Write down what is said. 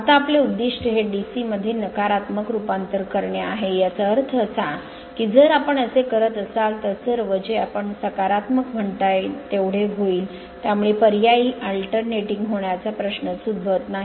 आता आमचे उद्दीष्ट हे DC मध्ये नकारात्मक रूपांतरित करणे आहे याचा अर्थ असा की जर आपण असे करत असाल तर सर्व जे आपण सकारात्मक म्हणता तेवढे होईल त्यामुळे पर्यायी होण्याचा प्रश्नच उद्भवत नाही